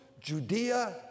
Judea